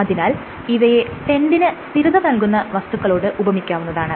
അതിനാൽ ഇവയെ ടെന്റിന് സ്ഥിരത നൽകുന്ന വസ്തുക്കളോട് ഉപമിക്കാവുന്നതാണ്